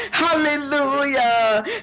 hallelujah